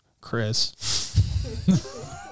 Chris